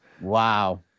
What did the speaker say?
Wow